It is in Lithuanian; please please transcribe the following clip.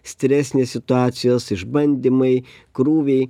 stresinės situacijos išbandymai krūviai